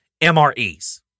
MREs